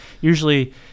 usually